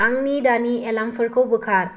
आंनि दानि एलार्मफोरखौ बोखार